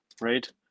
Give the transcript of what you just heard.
Right